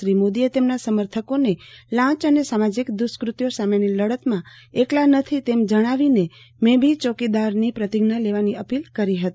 શ્રી મોદીએ તેમના સમર્થકોને લાં ચ અને સામાજી ક દુષ્કફત્યો સામેની લડતમાં એકલા નથી તેમ જણાવીને મૈં ભી ચોકીદારની પ્રતિજ્ઞા લેવાની અપીલ કરી હતી